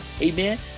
Amen